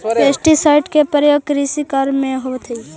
pesticide के प्रयोग कृषि कार्य में होवऽ हई